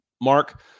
Mark